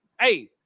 Hey